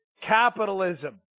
capitalism